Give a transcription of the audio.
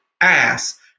ass